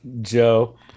Joe